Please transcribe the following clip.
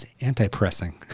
anti-pressing